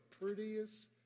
prettiest